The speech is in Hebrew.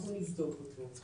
אנחנו נבדוק אותו,